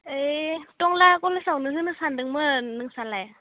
ओइ टंला कलेजावनो होनो सान्दोंमोन नोंसालाय